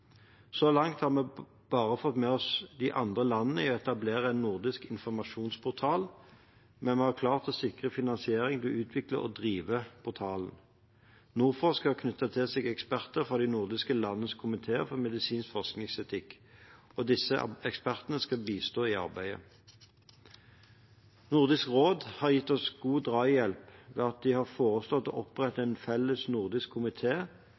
Så langt har vi bare fått med oss de andre landene i å etablere en nordisk informasjonsportal, men vi har klart å sikre finansiering til å utvikle og drive portalen. NordForsk har knyttet til seg eksperter fra de nordiske landenes komiteer for medisinsk forskningsetikk. Disse ekspertene skal bistå i arbeidet. Nordisk råd har gitt oss god drahjelp ved at de har foreslått å opprette en felles nordisk